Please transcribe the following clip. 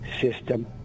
system